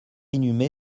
inhumé